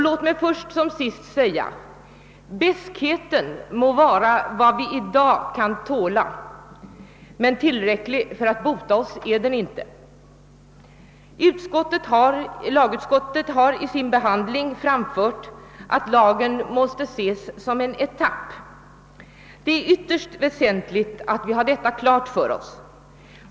Låt mig först som sist säga: Beskheten må vara vad vi i dag kan tåla, men tillräcklig för att bota oss är den inte. Lagutskottet har i sin behandling anfört att lagen måste ses som en etapp. Det är ytterst väsentligt att vi har detta klart för oss.